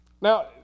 now